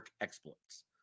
exploits